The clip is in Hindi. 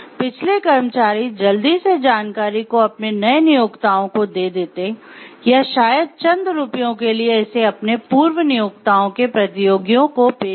पिछले कर्मचारी जल्दी से जानकारी को अपने नए नियोक्ताओं को दे देते या शायद चंद रुपयों के लिए इसे अपने पूर्व नियोक्ताओं के प्रतियोगियों को बेच दें